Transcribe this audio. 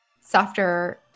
softer